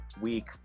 week